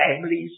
families